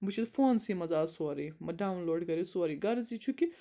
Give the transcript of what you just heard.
بہٕ چھُس فونسٕے منٛز آز سورُے ڈاوُنلوڈ کٔرِتھ سورُے غرض یہِ چھُ کہِ